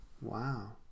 Wow